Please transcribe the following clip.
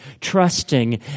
trusting